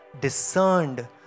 discerned